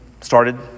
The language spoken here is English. started